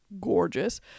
gorgeous